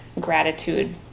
gratitude